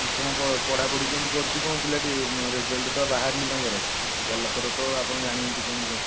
କଣ ପଢ଼ାପଢି କେମିତି କରୁଛି କ'ଣ ପିଲାଟି ରେଜଲ୍ଟ ତ ବାହାରିନି ତାଙ୍କର ଗଲାଥର ତ ଆପଣ ଜାଣିଛନ୍ତି କେମିତି କ'ଣ